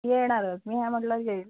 ती येणारच मी आहे म्हटल्यावर येईल